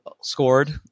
scored